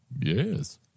Yes